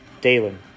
Dalen